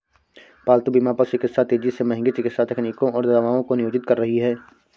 पालतू बीमा पशु चिकित्सा तेजी से महंगी चिकित्सा तकनीकों और दवाओं को नियोजित कर रही है